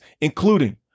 including